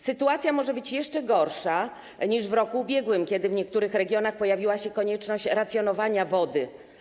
Sytuacja może być jeszcze gorsza niż w roku ubiegłym, kiedy w niektórych regionach pojawiła się konieczność racjonowania wody.